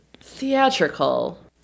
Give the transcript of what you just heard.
Theatrical